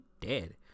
dead